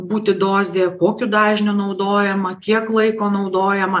būti dozė kokiu dažniu naudojama kiek laiko naudojama